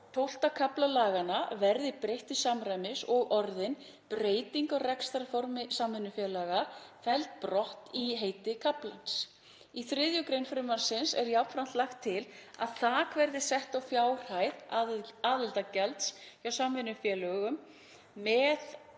XII. kafla laganna verði breytt til samræmis og orðin: „Breyting á rekstrarformi samvinnufélaga“ felld brott í heiti kaflans. Í 3. gr. frumvarpsins er jafnframt lagt til að þak verði sett á fjárhæð aðildargjalds hjá samvinnufélögum með